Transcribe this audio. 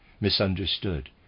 misunderstood